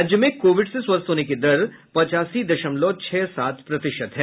राज्य में कोविड से स्वस्थ होने की दर पचासी दशमलव छह सात प्रतिशत है